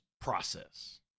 process